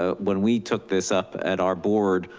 ah when we took this up at our board,